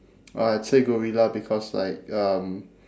oh I'd say gorilla because like um